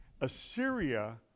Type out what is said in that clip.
Assyria